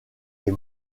les